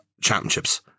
championships